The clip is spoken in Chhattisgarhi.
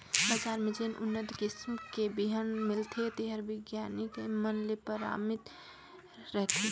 बजार में जेन उन्नत किसम के बिहन मिलथे तेहर बिग्यानिक मन ले परमानित रथे